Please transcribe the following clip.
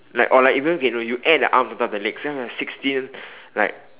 like or like even okay no you add the arm on top of the legs then you have like sixteen like